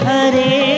Hare